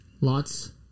lots